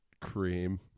cream